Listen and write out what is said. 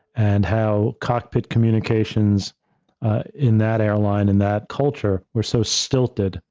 and how cockpit communications in that airline, in that culture were so stilted,